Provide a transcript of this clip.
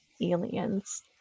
aliens